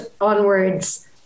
onwards